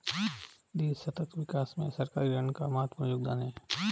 देश सतत विकास में सरकारी ऋण का महत्वपूर्ण योगदान है